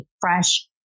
fresh